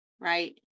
right